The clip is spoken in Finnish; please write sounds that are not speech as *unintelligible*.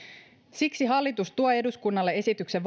siksi hallitus tuo eduskunnalle esityksen *unintelligible*